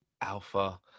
Alpha